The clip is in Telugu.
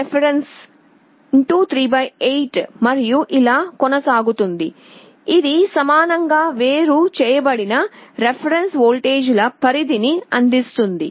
Vref 38 మరియు ఇలా కొనసాగుతుంది ఇది సమానంగా వేరు చేయబడిన రిఫరెన్స్ వోల్టేజ్ల పరిధిని అందిస్తుంది